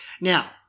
Now